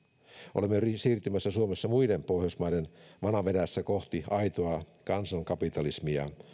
olemme siirtymässä suomessa muiden pohjoismaiden vanavedessä kohti aitoa kansankapitalismia